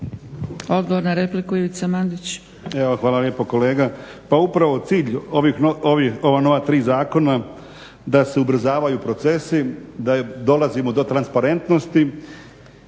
IVICA MANDIĆ: Evo hvala lijepo kolega. Pa upravo cilj ova nova tri zakona da se ubrzavaju procesi, da dolazimo do transparentnosti